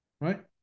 right